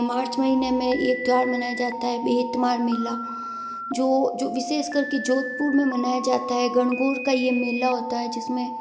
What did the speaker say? मार्च महीने में ये त्यौहार मनाया जाता है बेतमार मेला जो जो विशेष कर के जोधपुर में मनाया जाता है गणगौर का ये मेला होता है जिस में